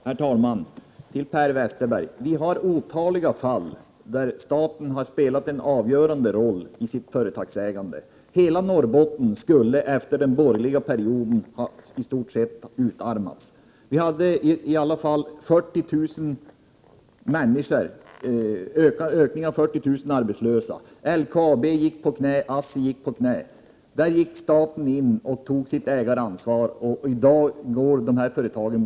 Herr talman! Till Per Westerberg. Vi har otaliga fall då staten har spelat en avgörande roll som företagare. Hela Norrbotten skulle efter den borgerliga perioden i stort sett ha utarmats. Det blev 40 000 fler arbetslösa, LKAB och ASSI gick på knä, men staten gick in och tog sitt ägaransvar, och i dag blomstrar företagen.